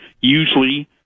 usually